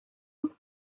eux